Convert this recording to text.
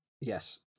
Yes